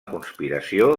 conspiració